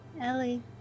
Ellie